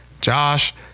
Josh